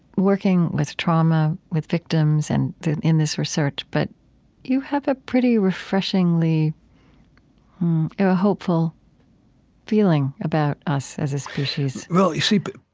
working with trauma, with victims and in this research. but you have a pretty refreshingly hopeful feeling about us as a species well, you see, but